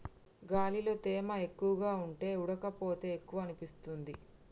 గాలిలో తేమ ఎక్కువగా ఉంటే ఉడుకపోత ఎక్కువనిపిస్తుంది